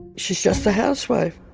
she's just a housewife